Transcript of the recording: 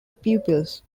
pupils